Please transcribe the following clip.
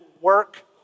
work